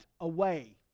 away